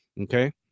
okay